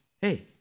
hey